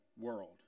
world